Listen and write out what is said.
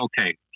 okay